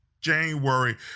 January